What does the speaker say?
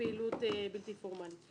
לפעילות בלתי פורמלית.